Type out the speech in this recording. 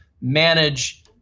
manage